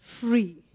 free